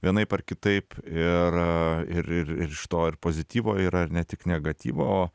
vienaip ar kitaip ir ir ir ir iš to ir pozityvo yra ir ne tik negatyvo